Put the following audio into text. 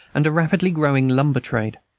and a rapidly growing lumber-trade,